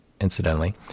incidentally